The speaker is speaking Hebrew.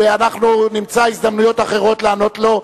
ואנחנו נמצא הזדמנויות אחרות לענות לו.